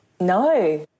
No